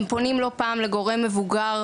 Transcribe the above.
הם פונים לא פעם לגורם מבוגר,